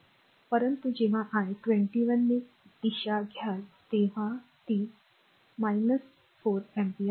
परंतु जेव्हा आय 21 ने दिशा घ्याल तेव्हा ती 4 अँपिअर असेल